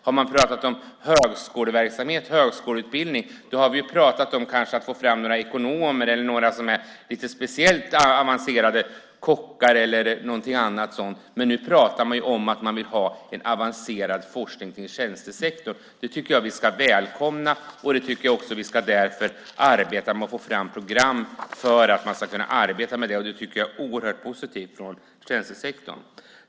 Har vi pratat om högskoleverksamhet, högskoleutbildning, har vi ju pratat om att få fram några ekonomer, några speciellt avancerade kockar eller något annat. Nu pratar man om att man vill ha en avancerad forskning kring tjänstesektorn. Det tycker jag att vi ska välkomna, och därför tycker jag också att vi ska arbeta för att ta fram program för att vi ska kunna jobba med detta. Det tycker jag är oerhört positivt för tjänstesektorn.